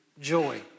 joy